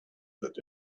that